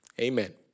Amen